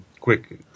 quick